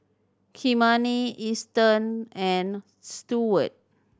Kymani Easton and Stewart